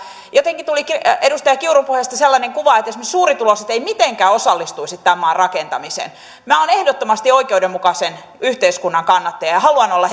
jotenkin tuli edustaja kiurun puheesta sellainen kuva että esimerkiksi suurituloiset eivät mitenkään osallistuisi tämän maan rakentamiseen minä olen ehdottomasti oikeudenmukaisen yhteiskunnan kannattaja ja haluan olla